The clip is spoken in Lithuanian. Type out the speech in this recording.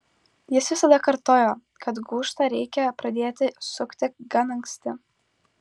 jis visada kartojo kad gūžtą reikia pradėti sukti gan anksti